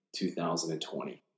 2020